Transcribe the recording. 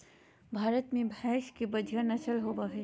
भारत में भैंस के बढ़िया नस्ल होबो हइ